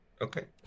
Okay